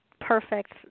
perfect